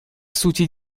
сути